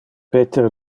peter